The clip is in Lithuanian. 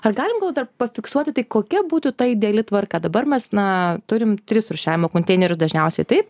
ar galim gal dar pafiksuoti kokia būtų ta ideali tvarka dabar mes na turime tris rūšiavimo konteinerius dažniausiai taip